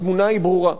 התמונה ברורה.